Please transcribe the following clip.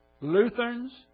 Lutherans